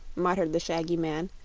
muttered the shaggy man,